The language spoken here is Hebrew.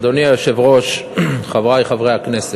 אדוני היושב-ראש, חברי חברי הכנסת,